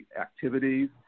activities